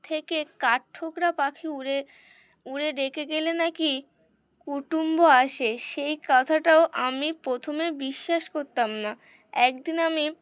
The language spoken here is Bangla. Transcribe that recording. থেকে কাঠঠোকরা পাখি উড়ে উড়ে ডেকে গেলে নাকি কুটুম্ব আসে সেই কথাটাও আমি প্রথমে বিশ্বাস করতাম না একদিন আমি